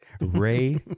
Ray